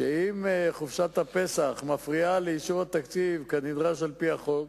שאם חופשת הפסח מפריעה לאישור התקציב כנדרש על-פי החוק,